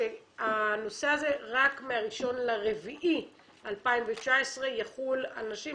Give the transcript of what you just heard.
שהנושא הזה רק מה-1 באפריל 2019 יחול על נשים.